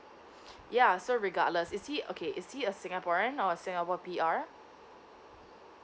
ya so regardless is he okay is he a singaporean or singapore P_R